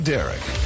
Derek